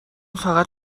فقط